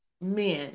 men